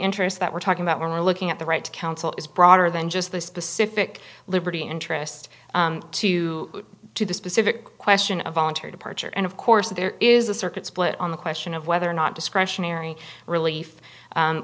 interest that we're talking about when we're looking at the right to counsel is broader than just the specific liberty interest to do the specific question of voluntary departure and of course there is a circuit split on the question of whether or not discretionary relief